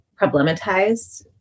problematized